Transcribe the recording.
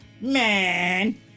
Man